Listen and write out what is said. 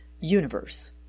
universe